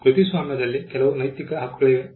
ಕೃತಿಸ್ವಾಮ್ಯದಲ್ಲಿ ಕೆಲವು ನೈತಿಕ ಹಕ್ಕುಗಳಿವೆ